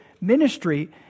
ministry